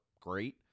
great